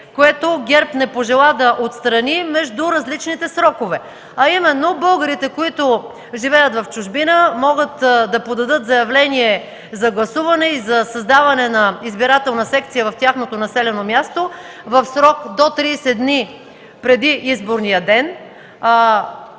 което ГЕРБ не пожела да отстрани (между различните срокове), а именно българите, които живеят в чужбина, могат да подадат заявление за гласуване и за създаване на избирателна секция в тяхното населено място в срок до 30 дни преди изборния ден.